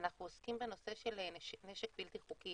אנחנו עוסקים בנושא של נשק בלתי חוקי,